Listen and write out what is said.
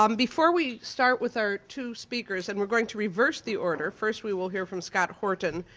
um before we start with our two speakers and we're going to reverse the order first we will hear from scott horton,